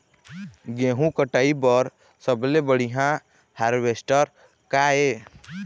गेहूं कटाई बर सबले बढ़िया हारवेस्टर का ये?